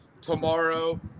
tomorrow